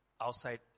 outside